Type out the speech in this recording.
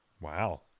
Wow